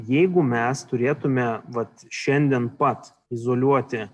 jeigu mes turėtume vat šiandien pat izoliuoti